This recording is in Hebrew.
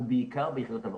ובעיקר ביחידות הלוחמות.